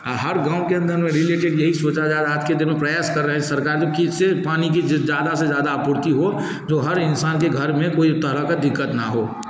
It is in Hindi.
हर गाँव के अंदर में रिलेटेड यही सोचा जा रहा आज के दिन मे प्रयास कर रहे सरकार जो किसे पानी की ज़्यादा से ज़्यादा आपूर्ति हो जो हर इंसान के घर में कोई तरह का दिक्कत न हो